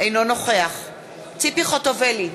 אינו נוכח ציפי חוטובלי,